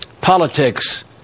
politics